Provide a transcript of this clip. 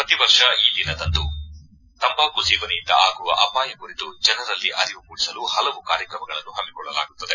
ಪ್ರತಿ ವರ್ಷ ಈ ದಿನದಂದು ತಂಬಾಕು ಸೇವನೆಯಿಂದ ಆಗುವ ಅಪಾಯ ಕುರಿತು ಜನರಲ್ಲಿ ಅರಿವು ಮೂಡಿಸಲು ಹಲವು ಕಾರ್ಯಕ್ರಮಗಳನ್ನು ಹಮ್ಸಿಕೊಳ್ಳಲಾಗುತ್ತದೆ